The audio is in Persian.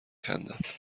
خندد